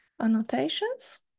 annotations